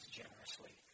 generously